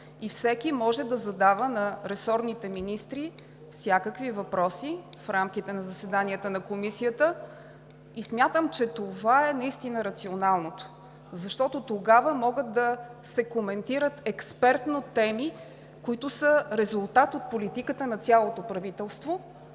и всеки може да задава на ресорните министри всякакви въпроси в рамките на заседанията на Комисията. Смятам, че това е наистина рационалното, защото тогава могат да се коментират експертно теми, които са резултат от политиката на цялото правителство.